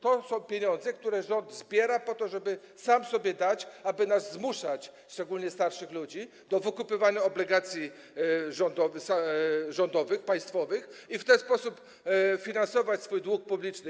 To są pieniądze, które rząd zbiera po to, żeby samemu sobie dać, aby nas zmuszać, szczególnie starszych ludzi, do wykupywania obligacji rządowych, państwowych, by w ten sposób finansować swój dług publiczny.